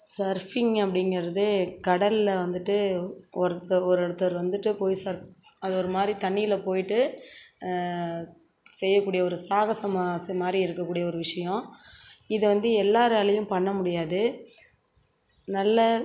surfing அப்படிங்கிறது கடலில் வந்துட்டு ஒருத்தர் ஒருத்தர் வந்துட்டு போய் சர்ஃப் அது ஒருமாதிரி தண்ணியில் போயிட்டு செய்யக்கூடிய ஒரு சாகசம் மாதிரி இருக்கக்கூடிய ஒரு விஷயம் இதை வந்து எல்லாராலேயும் பண்ண முடியாது நல்ல